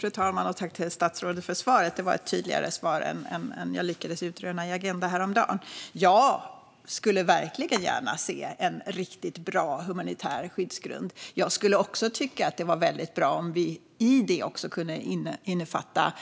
Fru talman! Jag tackar statsrådet för svaret. Det var ett tydligare svar än vad jag lyckades utröna i Agenda häromdagen. Jag skulle verkligen gärna se en riktigt bra humanitär skyddsgrund. Jag skulle också tycka att det vore väldigt bra om vi i en sådan även kunde innefatta